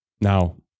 Now